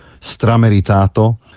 Strameritato